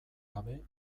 gabe